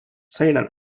satan